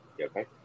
okay